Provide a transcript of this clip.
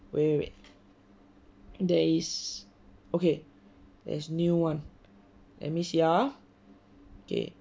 wait wait wait there is okay there is new one let me see ah okay